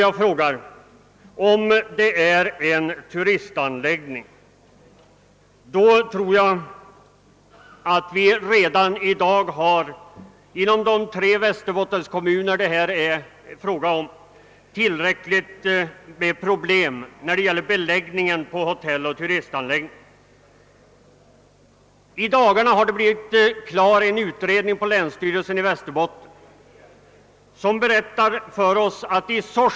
Ja, om det gäller en turistbetonad anläggning, tror jag att vi redan i dag inom de tre Västerbottenskommuner det är fråga om har tillräckligt med problem beträffande beläggningen på hotell och turistanläggningar. I dagarna har en utredning, genomförd av länsstyrelsen i Västerbotten, avseende dessa frågor bli vit klar.